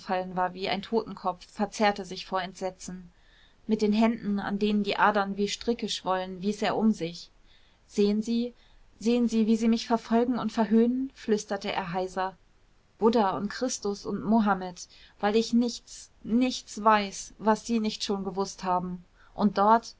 war wie ein totenkopf verzerrte sich vor entsetzen mit den händen an denen die adern wie stricke schwollen wies er um sich sehen sie sehen sie wie sie mich verfolgen und verhöhnen flüsterte er heiser buddha und christus und mohammed weil ich nichts nichts weiß was sie nicht schon gewußt haben und dort